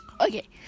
Okay